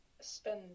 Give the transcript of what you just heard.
spend